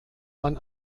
man